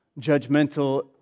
judgmental